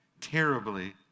terribly